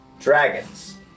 dragons